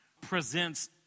presents